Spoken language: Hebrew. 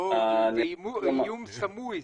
זה איום סמוי.